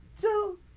two